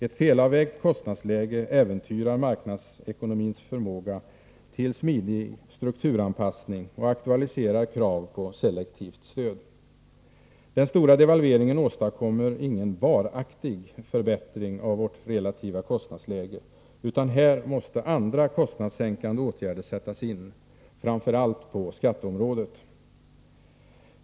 Ett felavvägt kostnadsläge äventyrar marknadsekonomins förmåga till smidig strukturanpassning och aktualiserar krav på selektivt stöd. Den stora devalveringen åstadkommer ingen varaktig förbättring av vårt relativa kostnadsläge, utan här måste andra kostnadssänkande åtgärder sättas in — framför allt på skatteområdet.